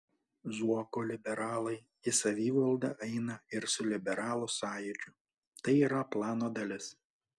zuoko liberalai į savivaldą eina ir su liberalų sąjūdžiu tai yra plano dalis